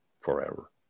forever